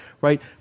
right